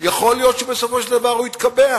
יכול להיות שבסופו של דבר הוא יתקבע.